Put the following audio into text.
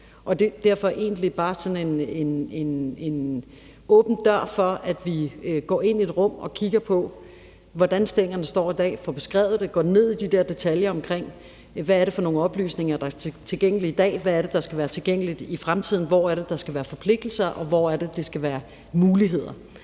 og det er derfor egentlig bare en åben dør, i forhold til at vi går ind i et rum og kigger på, hvordan stængerne står i dag, hvor vi får beskrevet det og vi går ned i detaljerne omkring, hvad det er for nogle oplysninger, der er tilgængelige i dag, hvad det er, der skal være tilgængeligt i fremtiden, hvor det er, der skal være forpligtelser, og hvor det er, der skal være muligheder.